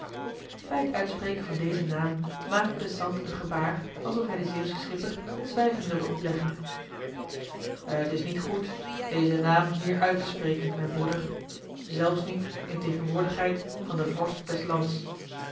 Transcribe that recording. bij het uitspreken van dezen naam maakte de sant een gebaar alsof hij den zeeuwschen schipper het zwijgen wilde opleggen het is niet goed dezen naam hier uit te spreken mijn broeder zelfs niet in tegenwoordigheid van den vorst des lands